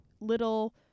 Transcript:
little